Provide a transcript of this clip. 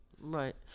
Right